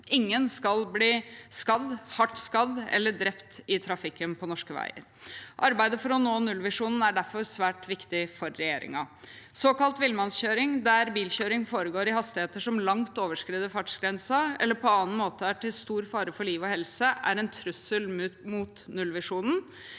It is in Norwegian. Ingen skal bli skadd, hardt skadd eller drept i trafikken på norske veier. Arbeidet for å nå nullvisjonen er derfor svært viktig for regjeringen. Såkalt villmannskjøring, der bilkjøringen foregår i hastigheter som langt overskrider fartsgrensen, eller på annen måte er til stor fare for liv og helse, er en trussel mot nullvisjonen